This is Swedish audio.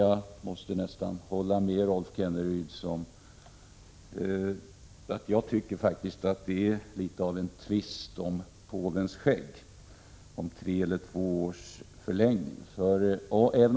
Jag måste nästan hålla med Rolf Kenneryd; det är litet av en tvist om påvens skägg när vi diskuterar tre eller två års förlängning.